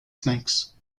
snakes